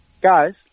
guys